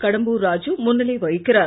கடம்பூர்ராஜூமுன்னிலைவகிக்கிறார்